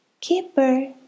Keeper